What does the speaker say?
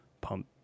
pump